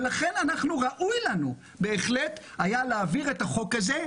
ולכן ראוי לנו בהחלט להעביר את החוק הזה.